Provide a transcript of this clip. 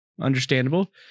Understandable